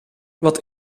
wat